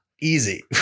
easy